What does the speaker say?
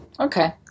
Okay